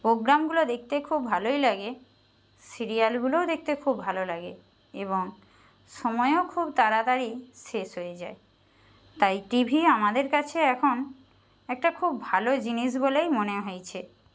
প্রোগ্রামগুলো দেখতে খুব ভালোই লাগে সিরিয়ালগুলোও দেখতে খুব ভালো লাগে এবং সময়ও খুব তাড়াতাড়ি শেষ হয়ে যায় তাই টিভি আমাদের কাছে এখন একটা খুব ভালো জিনিস বলেই মনে হয়েছে